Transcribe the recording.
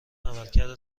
عملکرد